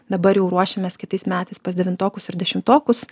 dabar jau ruošiamės kitais metais pas devintokus ir dešimtokus